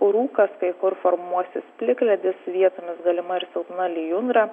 rūkas kai kur formuosis plikledis vietomis galima ir silpna lijundra